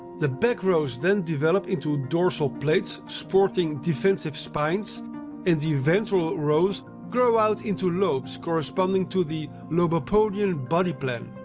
the back rows then develop into dorsal plates sporting defensive spines and the ventral rows grow out into lobes, corresponding to the lobopodian body plan.